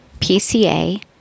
PCA